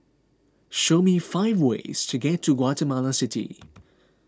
show me five ways to get to Guatemala City